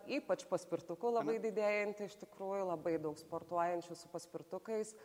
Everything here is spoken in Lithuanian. ypač paspirtukų labai didėjanti iš tikrųjų labai daug sportuojančių su paspirtukais